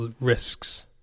risks